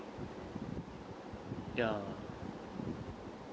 ya